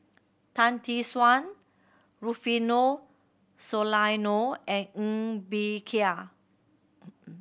Tan Tee Suan Rufino Soliano and Ng Bee Kia